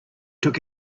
took